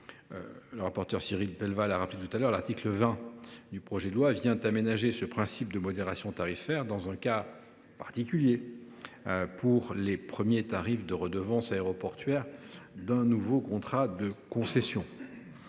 le rapporteur Cyril Pellevat l’a rappelé, l’article 20 du projet de loi vient aménager ce principe de modération tarifaire, dans un cas particulier, pour les premiers tarifs de redevance aéroportuaire d’un nouveau contrat de concession.